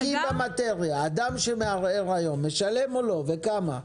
אדם שמערער היום משלם או לא משלם?